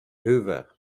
hoover